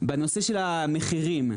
בנושא של המחירים,